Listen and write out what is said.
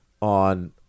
on